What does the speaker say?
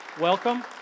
Welcome